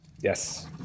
Yes